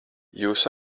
jūs